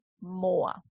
more